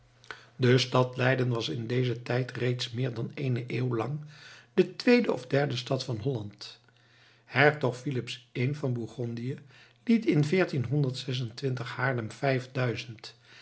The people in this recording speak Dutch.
de stad leiden was in dezen tijd reeds meer dan eene eeuw lang de tweede of derde stad in holland hertog filips i van bourgondië liet in haarlem